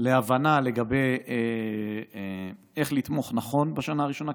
להבנה לגבי איך לתמוך נכון בשנה הראשונה,